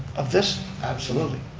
of this, absolutely.